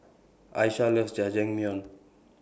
Aisha loves Jajangmyeon